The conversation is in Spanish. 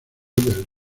del